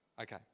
Okay